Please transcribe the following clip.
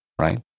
right